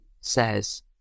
says